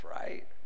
right